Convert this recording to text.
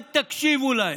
אל תקשיבו להם,